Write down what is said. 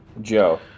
joe